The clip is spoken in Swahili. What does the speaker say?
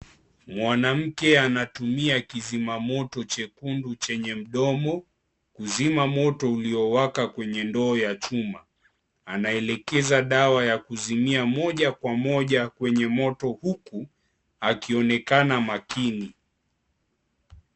Mwanamke anatumia kizimamoto chekundu chenye mdomo kuzima moto uliowaka kwenye ndoo ya chuma anaelekeza dawa ya kuzimia moja kwa moja kwenye dawa kwenye moto huku akionekana makini.